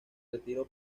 retiró